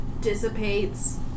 dissipates